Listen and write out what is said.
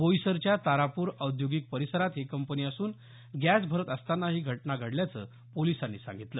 बोईसरच्या तारापूर औद्योगिक परीसरात ही कंपनी असून गॅस भरत असताना ही घटना घडल्याचं पोलिसांनी सांगितलं